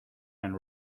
and